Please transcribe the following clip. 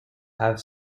have